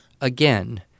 again